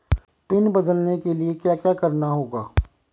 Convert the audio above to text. Pin बदलने के लिए क्या करना होगा?